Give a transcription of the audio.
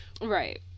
Right